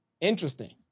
Interesting